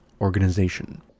organization